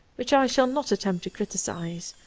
which i shall not attempt to criticise,